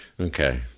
okay